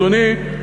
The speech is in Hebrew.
אדוני,